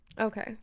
Okay